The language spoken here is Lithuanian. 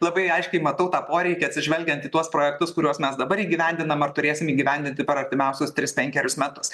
labai aiškiai matau tą poreikį atsižvelgiant į tuos projektus kuriuos mes dabar įgyvendinam ar turėsim įgyvendinti per artimiausius tris penkerius metus